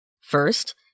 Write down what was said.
First